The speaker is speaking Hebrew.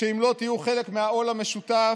שאם לא תהיו חלק מהעול המשותף,